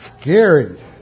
scary